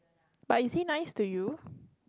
but is he nice to you